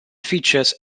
features